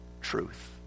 truth